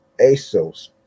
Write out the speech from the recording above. ASOS